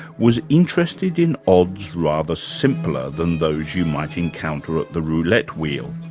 was interested in odds rather simpler than those you might encounter at the roulette wheel.